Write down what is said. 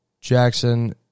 Jackson